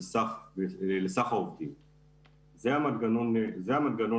תישאר איתנו, אביעד.